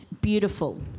beautiful